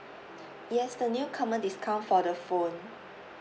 yes the new comer discount for the phone